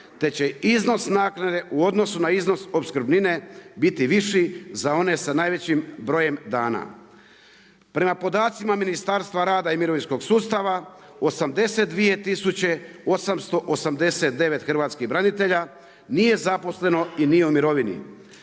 te će iznos naknade u odnosu na iznos opskrbnine biti viši za one sa najvećim brojem dana. Prema podacima Ministarstva rada i mirovinskog sustava 82 tisuće 889 hrvatskih branitelja nije zaposleno i nije u mirovini.